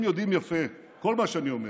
הם יודעים יפה כל מה שאני אומר,